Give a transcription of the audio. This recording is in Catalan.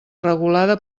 regulada